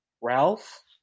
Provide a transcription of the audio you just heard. Ralph